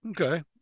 Okay